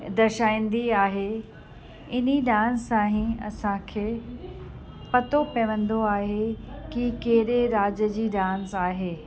दर्शाईंदी आहे इन्ही डांस सां ई असांखे पतो पवंदो आहे की केरे राज्य जी डांस आहे